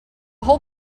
whole